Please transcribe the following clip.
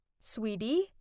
Sweetie